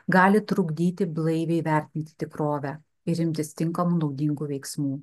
gali trukdyti blaiviai vertinti tikrovę ir imtis tinkamų naudingų veiksmų